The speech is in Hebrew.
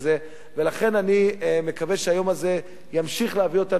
אני מקווה שהיום הזה ימשיך להביא אותנו קדימה